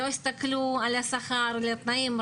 הם לא הסתכלו על השכר ועל התנאים,